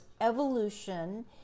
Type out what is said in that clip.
evolution